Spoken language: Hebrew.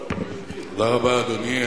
תודה רבה, אדוני.